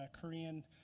Korean